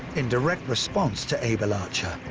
in direct response to able archer,